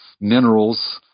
minerals